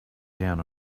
down